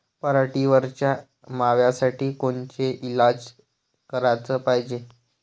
पराटीवरच्या माव्यासाठी कोनचे इलाज कराच पायजे?